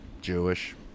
Jewish